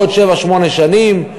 בעוד שבע-שמונה שנים.